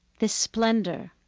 the splendor